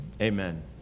Amen